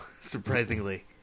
surprisingly